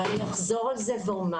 ואני אחזור על זה ואומר.